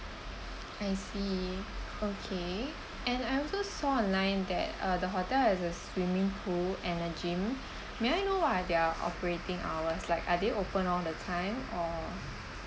I see okay and I also saw online that uh the hotel has a swimming pool and a gym may I know what are their operating hours like are they open all the time or